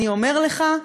אני אומר לך,